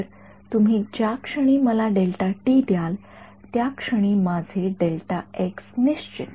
तर तुम्ही ज्या क्षणी मला द्याल त्या क्षणी माझे निश्चित